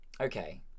Okay